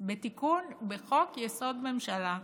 בתיקון בחוק-יסוד: הממשלה,